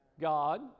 God